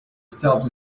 stops